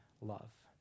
love